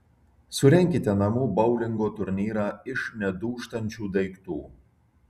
surenkite namų boulingo turnyrą iš nedūžtančių daiktų